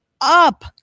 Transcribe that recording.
up